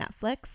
Netflix